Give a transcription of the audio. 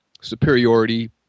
superiority